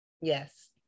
Yes